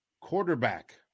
quarterback